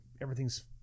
everything's